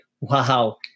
wow